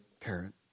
parent